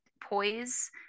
poise